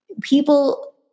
People